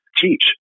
teach